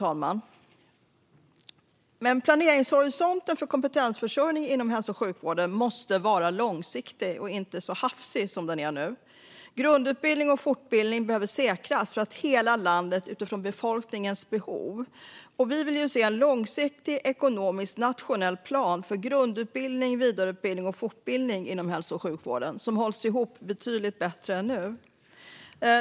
Planeringshorisonten för kompetensförsörjning inom hälso och sjukvården måste vara långsiktigt och inte så hafsig som nu. Grundutbildning och fortbildning behöver säkras för hela landet utifrån befolkningens behov. Vi vill se en långsiktig ekonomisk nationell plan för grundutbildning, vidareutbildning och fortbildning inom hälso och sjukvården som hålls ihop betydligt bättre än nu.